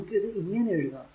നമുക്ക് ഇത് ഇങ്ങനെ എഴുതാം